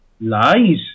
lies